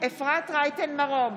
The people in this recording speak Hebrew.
אפרת רייטן מרום,